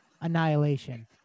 Annihilation